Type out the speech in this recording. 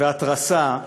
והתרסה,